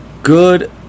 Good